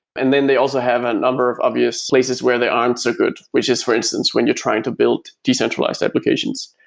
and then they also have a number of obvious places where they aren't so good, which is for instance when you're trying to build decentralized applications.